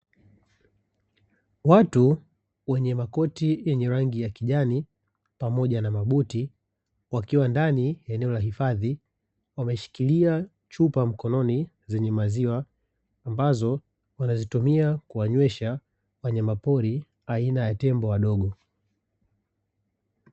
Watu wenye makoti yenye rangi ya kijani, pamoja na mabuti wakiwa ndani ya eneo la hifadhi, wameshikilia chupa mkononi zenye maziwa, ambazo wanazitumia kuwanywesha, wanyama pori aina ya tembo wadogo.